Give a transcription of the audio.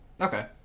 Okay